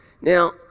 now